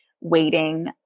waiting